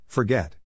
Forget